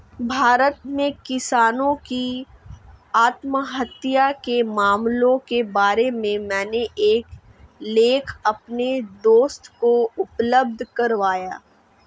भारत में किसानों की आत्महत्या के मामलों के बारे में मैंने एक लेख अपने दोस्त को उपलब्ध करवाया